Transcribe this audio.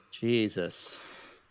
Jesus